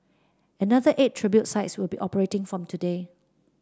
another eight tribute sites will be operating from today